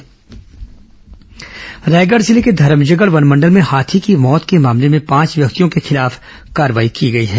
हाथी मौत कार्रवाई रायगढ़ जिले के धरमजयगढ़ वनमंडल में हाथी की मौत के मामले में पांच व्यक्तियों के खिलाफ कार्रवाई की गई है